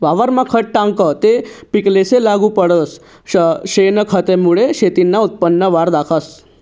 वावरमा खत टाकं ते पिकेसले लागू पडस, शेनखतमुये शेतीना उत्पन्नमा वाढ दखास